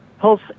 Pulse